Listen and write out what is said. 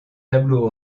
tableaux